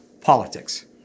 Politics